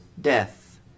death